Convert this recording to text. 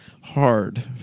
hard